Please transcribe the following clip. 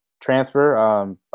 transfer